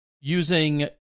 using